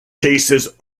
cases